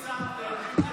יש לכם וטו.